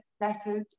letters